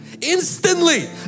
instantly